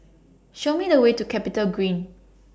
Show Me The Way to Capital Green